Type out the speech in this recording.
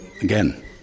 again